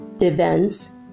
events